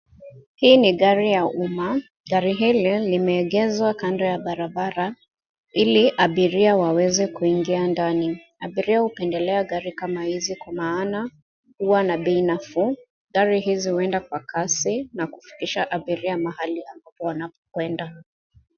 Hii ni gari ya umma. Gari hili limegeshwa kando ya barabara ili abiria waweze kuingia ndani. Abiria hupendelea gari kama hizi, kwa maana: huwa na bei nafuu, gari hizi huenda kwa kasi na kufikisha abiria mahali ambapo wanapokwenda.